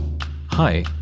Hi